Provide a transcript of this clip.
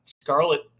Scarlet